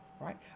right